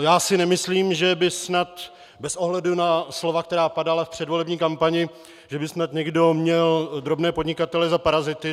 Já si nemyslím, že by snad bez ohledu na slova, která padala v předvolební kampani, měl někdo drobné podnikatele za parazity.